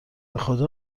بخدا